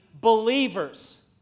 believers